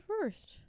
first